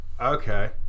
okay